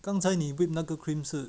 刚才你 whip 那个 cream 是